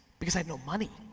because i had no money.